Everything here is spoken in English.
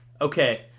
Okay